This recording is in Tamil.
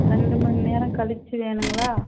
ரெண்டு மணி நேரம் கழிச்சி வேணுங்களா